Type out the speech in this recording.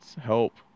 Help